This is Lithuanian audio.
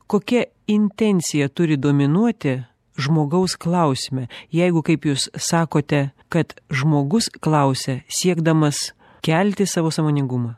kokia intencija turi dominuoti žmogaus klausime jeigu kaip jūs sakote kad žmogus klausia siekdamas kelti savo sąmoningumą